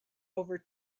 over